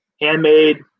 handmade